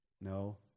No